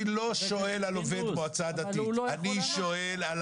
אני לא שואל על